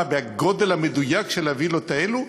בגודל המדויק של הווילות האלו,